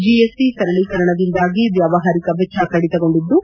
GST ಸರಳೀಕರಣದಿಂದಾಗಿ ವ್ನಾಮಾರಿಕ ವೆಚ್ನ ಕಡಿತಗೊಂಡಿದ್ದು